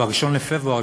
ב-1 בפברואר,